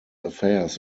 affairs